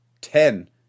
ten